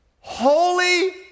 holy